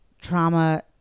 trauma